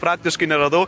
praktiškai neradau